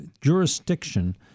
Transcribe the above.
jurisdiction